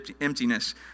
emptiness